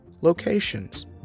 locations